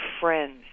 friends